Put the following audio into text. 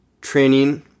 training